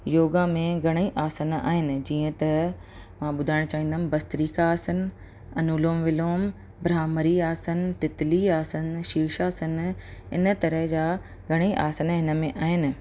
योगा में घणे ई आसन आहिनि जीअं त मां ॿुधाइणु चाहींदमि भस्त्रिका आसन अनुलोम विलोम ब्रह्मरी आसन तितली आसन शीर्षासन इन तरह जा घणेई आसन हिन में आहिनि